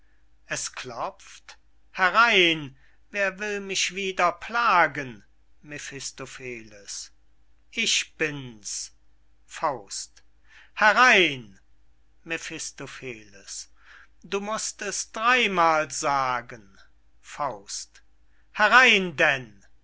es klopft herein wer will mich wieder plagen mephistopheles ich bin's herein mephistopheles du mußt es dreymal sagen herein denn